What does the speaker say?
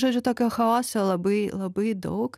žodžiu tokio chaoso labai labai daug